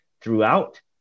throughout